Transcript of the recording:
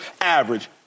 average